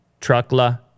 Truckla